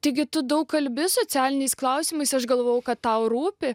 taigi tu daug kalbi socialiniais klausimais aš galvoju kad tau rūpi